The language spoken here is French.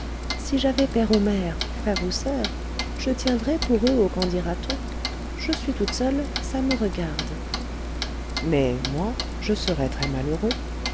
si j'avais père ou mère frère ou soeur je tiendrais pour eux au quen dira t on je suis toute seule ça me regarde mais moi je serai